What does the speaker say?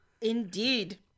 Indeed